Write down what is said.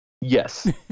Yes